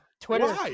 Twitter